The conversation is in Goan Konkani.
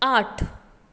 आठ